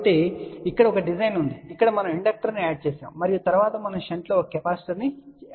కాబట్టి ఇక్కడ ఒక డిజైన్ ఉంది ఇక్కడ మనం ఇండక్టర్ ను యాడ్ చేసాము మరియు తరువాత మనం షంట్లో ఒక కెపాసిటర్ను జోడించాము